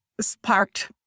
sparked